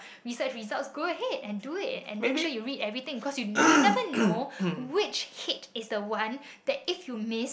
research results go ahead and do it and make sure you read everything cause you never know which hate is the one that if you miss